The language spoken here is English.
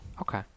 okay